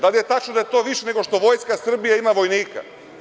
Da li je tačno da je to više nego što Vojska Srbije ima vojnika?